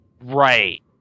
Right